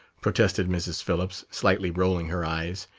protested mrs. phillips, slightly rolling her eyes.